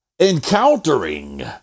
Encountering